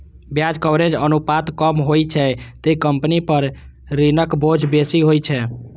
ब्याज कवरेज अनुपात कम होइ छै, ते कंपनी पर ऋणक बोझ बेसी होइ छै